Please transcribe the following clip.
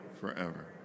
forever